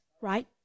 right